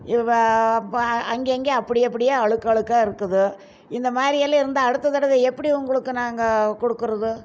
இவ்வ பா அங்கங்கே அப்படி அப்படியே அழுக்கழுக்காக இருக்குது இந்த மாதிரி எல்லாம் இருந்தால் அடுத்த தடவை எப்படி உங்களுக்கு நாங்கள் கொடுக்கறது